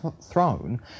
throne